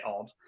odd